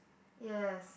yes